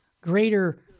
greater